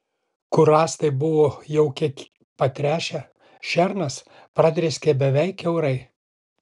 kur rąstai buvo jau kiek patręšę šernas pradrėskė beveik kiaurai